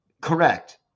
Correct